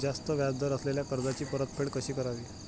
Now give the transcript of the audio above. जास्त व्याज दर असलेल्या कर्जाची परतफेड कशी करावी?